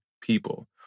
people